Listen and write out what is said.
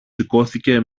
σηκώθηκε